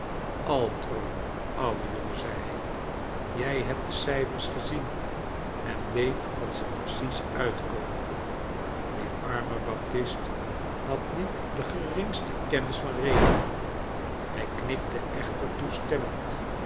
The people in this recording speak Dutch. ouwe jongem zei hij jij jiebt de cijfers gezien en weet dat ze precies uitkomen die arme baptist had niet de geringste kennis van rekenen hij knikte echter toes